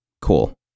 cool